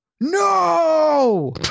No